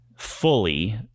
fully